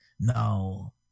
Now